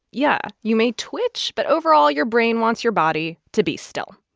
yeah. you may twitch, but overall, your brain wants your body to be still.